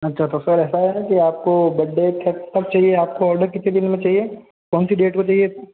अच्छा तो सर ऐसा है कि आप को बर्थडे कब तक चाहिए आपको ऑर्डर कितने दिनों में चाहिए कौन सी डेट को चाहिए सर